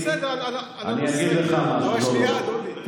אני אגיד לך משהו, שנייה, דודי.